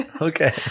Okay